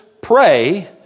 pray